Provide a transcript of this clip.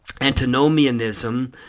antinomianism